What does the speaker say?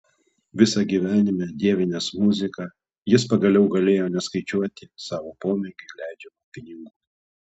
visą gyvenimą dievinęs muziką jis pagaliau galėjo neskaičiuoti savo pomėgiui leidžiamų pinigų